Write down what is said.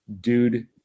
dude